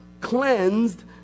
cleansed